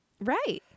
Right